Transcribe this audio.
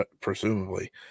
presumably